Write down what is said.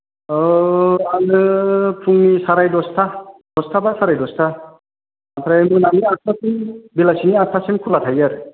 औ आङो फुंनि साराइ दस था दस थाबा साराइ दस था ओमफ्राय मोनाबिलिनि आट था सिम बेलासिनि आट था सिम खुलि थायो आरो